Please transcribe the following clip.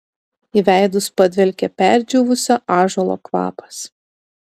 į veidus padvelkė perdžiūvusio ąžuolo kvapas